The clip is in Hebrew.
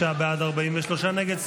59 בעד, 43 נגד.